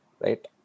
right